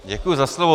Děkuji za slovo.